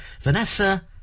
Vanessa